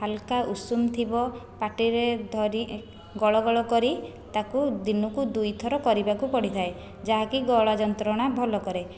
ହାଲକ ଉଷୁମ ଥିବ ପାଟିରେ ଧରି ଗଳଗଳ କରି ତାକୁ ଦିନକୁ ଦୁଇଥର କରିବାକୁ ପଡ଼ିଥାଏ ଯାହାକି ଗଳା ଯନ୍ତ୍ରଣା ଭଲ କରେ